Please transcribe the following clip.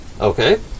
Okay